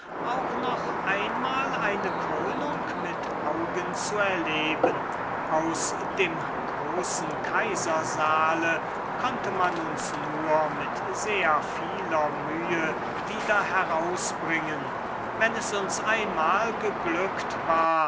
auch noch einmal eine krönung mit augen zu erleben aus dem großen kaisersaale konnte man uns nur mit sehr vieler mühe wieder herausbringen wenn es uns einmal geglückt war